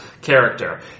character